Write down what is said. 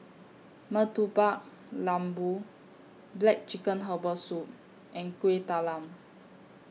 Murtabak Lembu Black Chicken Herbal Soup and Kueh Talam